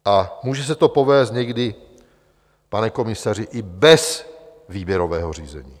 A může se to povést někdy, pane komisaři, i bez výběrového řízení.